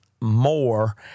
more